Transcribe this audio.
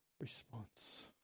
response